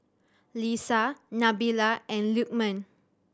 Lisa Nabila and Lukman